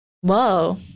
Whoa